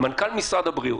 מנכ"ל משרד הבריאות,